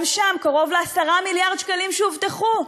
גם שם קרוב ל-10 מיליארד שקלים שהובטחו,